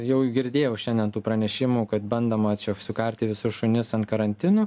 jau girdėjau šiandien tų pranešimų kad bandoma sukarti visus šunis ant karantinų